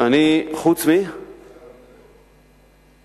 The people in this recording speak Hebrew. חוץ משר הביטחון.